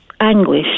anguish